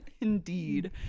Indeed